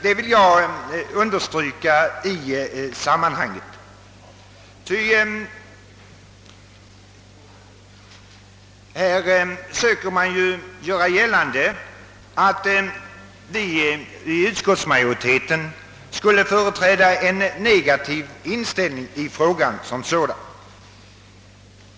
Jag vill understryka detta i sammanhanget, ty man försöker ju här göra gällande att vi i utskottsmajoriteten företräder en negativ inställning till frågan som sådan.